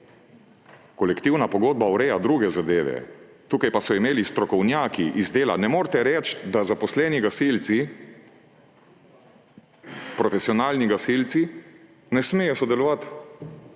Kolektivna pogodba ureja druge zadeve, tukaj pa so imeli strokovnjaki iz dela – ne morete reči, da zaposleni gasilci, profesionalni gasilci ne smejo sodelovati